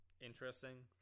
interesting